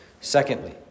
Secondly